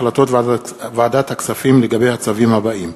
החלטות ועדת הכספים בצווים הבאים: